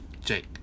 Jake